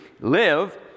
live